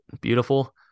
beautiful